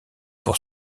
pour